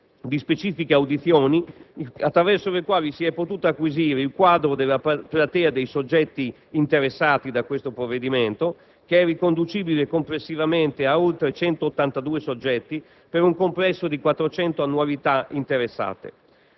di specifiche audizioni attraverso le quali si è potuto acquisire il quadro della platea dei soggetti interessati da questo provvedimento, che è riconducibile complessivamente, a oltre 182 soggetti, per un complesso di 400 annualità interessate.